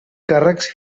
càrrecs